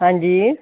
ਹਾਂਜੀ